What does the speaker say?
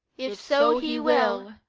if so he will,